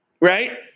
right